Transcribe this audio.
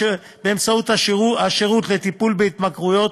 באמצעות השירות לטיפול בהתמכרויות,